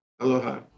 Aloha